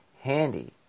handy